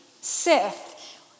Sith